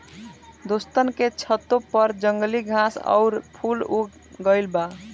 दोस्तन के छतों पर जंगली घास आउर फूल उग गइल बा